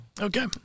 Okay